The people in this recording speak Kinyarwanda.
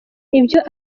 ibyo